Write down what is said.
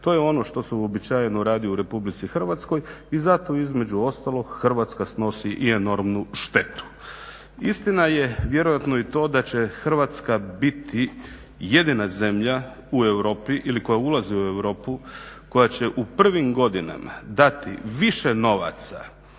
To je ono što se uobičajeno radi u Republici Hrvatskoj i zato između ostalog Hrvatska snosi i enormnu štetu. Istina je vjerojatno i to da će Hrvatska biti jedina zemlja u Europi ili koja ulazi u Europu koja će u prvim godinama dati više novaca